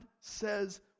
says